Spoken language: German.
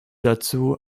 dazu